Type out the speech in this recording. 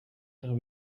ter